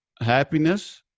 happiness